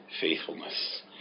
faithfulness